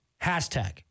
hashtag